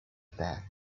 that